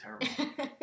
terrible